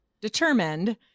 determined